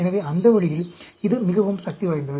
எனவே அந்த வழியில் இது மிகவும் சக்தி வாய்ந்தது